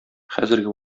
хәзерге